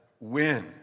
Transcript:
win